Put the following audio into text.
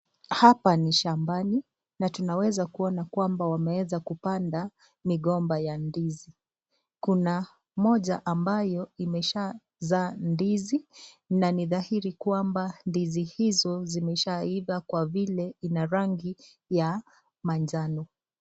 Hapa ni shambani na tunaweza kuona kwamba wameweza kupanda migomba ya ndizi. Kuna mmoja ambayo imeshazaa ndizi na ni dhahiri kwamba ndizi hizo zimeshaiva kwa vile ina rangi ya manjano.